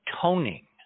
toning